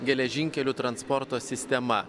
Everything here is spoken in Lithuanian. geležinkelių transporto sistema